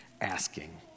asking